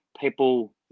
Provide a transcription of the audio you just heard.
people